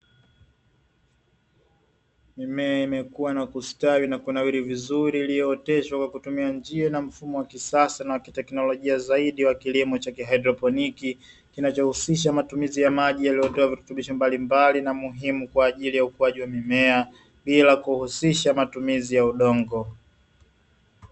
Mimea imekuwa na kustawi na kunawiri vizuri iliyooteshwa kwa kutumia njia na mfumo wa kisasa na teknolojia zaidi wa kilimo cha kihaidroponiki, kinachohusisha matumizi ya maji yaliyotiwa virutubisho mbalimbali na muhimu kwa ajili ya ukuaji wa mimea bila kuhusisha matumizi ya udongo.